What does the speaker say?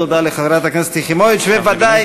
תודה לחברת הכנסת יחימוביץ, וודאי